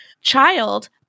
child